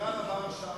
הסדרן עבר שם.